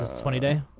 ah twenty day.